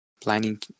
planning